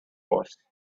boss